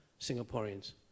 Singaporeans